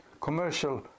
commercial